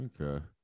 Okay